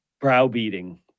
browbeating